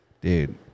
Dude